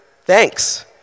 thanks